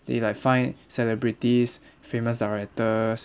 they like find celebrities famous directors